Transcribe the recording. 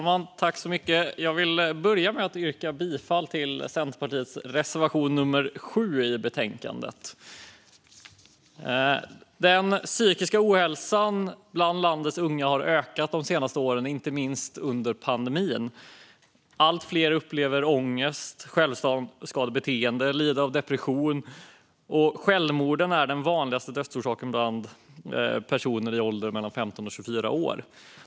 Fru talman! Jag yrkar bifall till Centerpartiets reservation nummer 7. Den psykiska ohälsan bland landets unga har ökat de senaste åren, inte minst under pandemin. Allt fler upplever ångest, har självskadebeteende eller lider av depression. Självmorden är den vanligaste dödsorsaken bland personer i åldern 15-24 år.